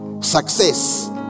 success